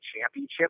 Championship